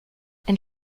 and